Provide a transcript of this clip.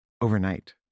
overnight